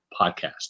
podcast